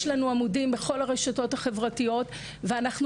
יש לנו עמודים בכל הרשתות החברתיות ואנחנו